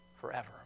forever